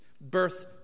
birth